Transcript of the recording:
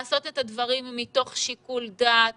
לעשות את הדברים מתוך שיקול דעת